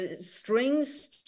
Strings